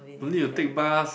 don't need to take bus